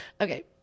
okay